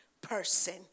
person